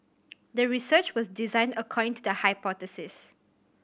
the research was designed according to the hypothesis